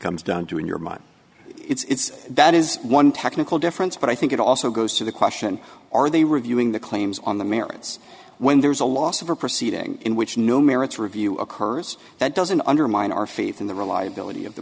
comes down to in your mind it's that is one technical difference but i think it also goes to the question are they reviewing the claims on the merits when there is a loss of a proceeding in which no merits review occurs that doesn't undermine our faith in the reliability of the